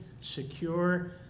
secure